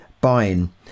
buying